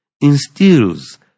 instills